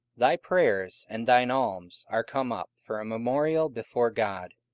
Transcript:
thy prayers and thine alms are come up for a memorial before god.